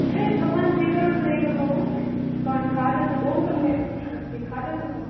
अरे भवान् स्वीकरोतु एकं मोमोज् भवान् खादतु बहुसम्यक् अस्ति खादतु तो